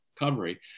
recovery